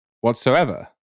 whatsoever